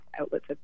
outlets